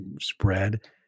spread